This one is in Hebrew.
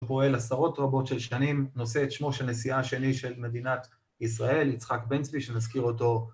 פועל עשרות רבות של שנים, נושא את שמו של נשיאה השני של מדינת ישראל, יצחק בן צבי, שנזכיר אותו